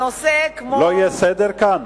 לא יהיה סדר כאן?